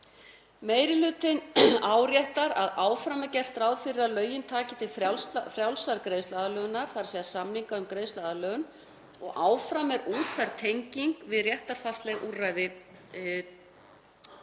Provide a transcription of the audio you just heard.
Meiri hlutinn áréttar að áfram er gert ráð fyrir að lögin taki til frjálsrar greiðsluaðlögunar, þ.e. samninga um greiðsluaðlögun, og áfram er útfærð tenging við réttarfarsleg úrræði til